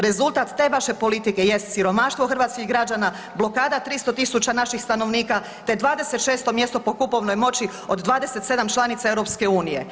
Rezultat te vaše politike jest siromaštvo hrvatskih građana, blokada 300.000 naših stanovnika te 26. mjesto po kupovnoj moći od 27 članica EU.